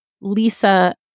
Lisa